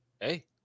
hey